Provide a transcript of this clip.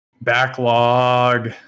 backlog